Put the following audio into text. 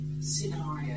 scenario